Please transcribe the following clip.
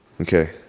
Okay